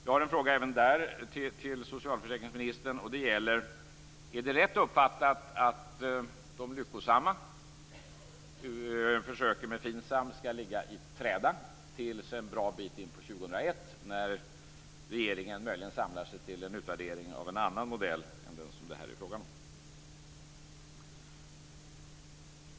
Jag har en fråga även i anslutning till detta till socialförsäkringsministern: Är det rätt uppfattat att de lyckosamma försöken med FINSAM skall ligga i träda till en bra bit in på år 2001, när regeringen möjligen samlar sig till en utvärdering av en annan modell än den som det här är fråga om?